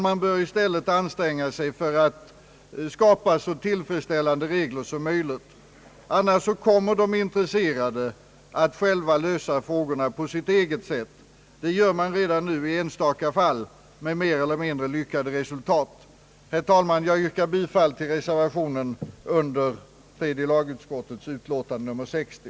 Man bör i stället anstränga sig att skapa så tillfredsställande regler som möjligt — annars kommer de intresserade att själva lösa problemen på sitt eget sätt — det gör man redan nu i enstaka fall med mer eller mindre lyckade resultat. Herr talman! Jag yrkar bifall till reservationen vid tredje lagutskottets utlåtande nr 60.